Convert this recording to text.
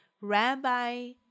Rabbi